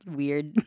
weird